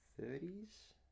thirties